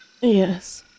Yes